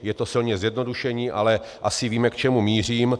Je to silně zjednodušení, ale asi víme, k čemu mířím.